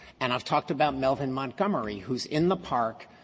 and i've talked about melvin montgomery, who's in the park,